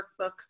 workbook